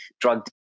drug